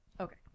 Okay